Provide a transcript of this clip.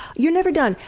you're never done.